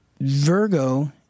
Virgo